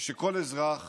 ושכל אזרח